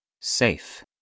Safe